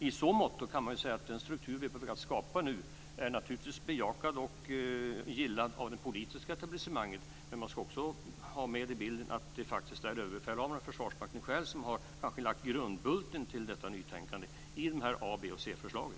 I så måtto kan man säga att den struktur vi börjar skapa nu naturligtvis är bejakad och gillad av det politiska etablissemanget. Men man ska också ha med i bilden att det faktiskt är överbefälhavaren och Försvarsmakten själv som har lagt grundbulten till detta nytänkande i de här a-, boch c-förslagen.